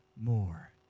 more